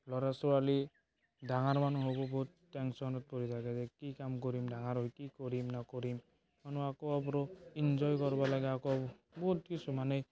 ল'ৰা ছোৱালী ডাঙৰ মানুহ হ'ব বহুত টেনচনত পৰি থাকে যে কি কাম কৰিব ডাঙৰ হৈ কি কাম কৰিম নকৰিম ইনজয় কৰিব লাগে বহুত কিছুমানে